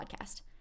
podcast